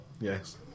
yes